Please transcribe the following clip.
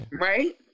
right